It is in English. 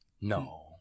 No